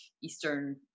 eastern